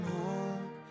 home